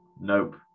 nope